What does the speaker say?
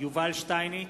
יובל שטייניץ,